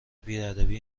بیادبی